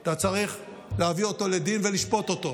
אתה צריך להביא אותו לדין ולשפוט אותו.